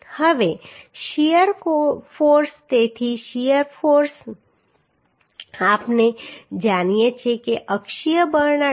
હવે shear force તેથી shear force આપણે જાણીએ છીએ કે અક્ષીય બળના 2